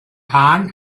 rahn